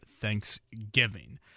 Thanksgiving